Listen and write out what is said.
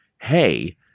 hey